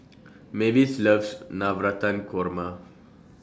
Mavis loves Navratan Korma